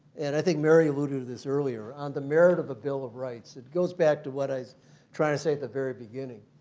and i think mary alluded to this earlier. on the merit of the bill of rights. it goes back to what i was trying to say at the very beginning.